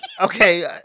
okay